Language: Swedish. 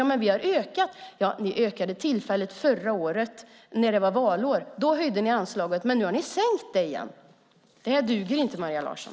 Ja, ni höjde anslaget tillfälligt förra året när det var valår. Men nu har ni sänkt det igen. Det här duger inte, Maria Larsson!